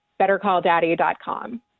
bettercalldaddy.com